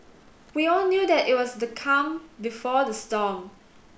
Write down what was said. we all knew that it was the calm before the storm